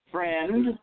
Friend